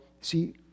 see